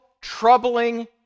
troubling